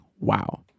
Wow